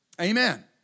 Amen